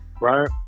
right